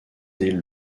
dès